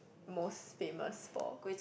most famous for